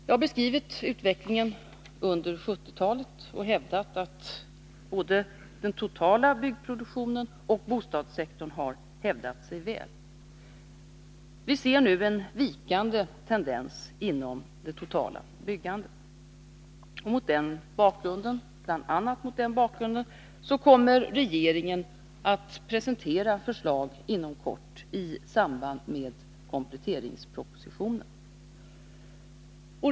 Jag har beskrivit utvecklingen under 1970-talet och betonat att både den totala byggproduktionen och bostadssektorn har hävdat sig väl. Vi ser nu en vikande tendens inom det totala byggandet. Bl. a. mot den bakgrunden kommer regeringen att presentera förslag inom kort i samband med kompletteringspropositionen.